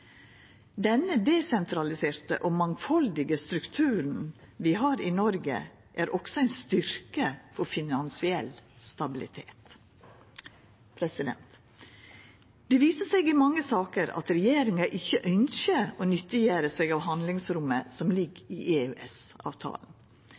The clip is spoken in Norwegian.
Denne desentraliserte og mangfaldige strukturen vi har i Noreg, er også ein styrke for finansiell stabilitet. Det viser seg i mange saker at regjeringa ikkje ønskjer å nyttiggjera seg av handlingsrommet som ligg